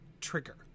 trigger